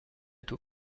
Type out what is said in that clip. tout